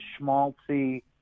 schmaltzy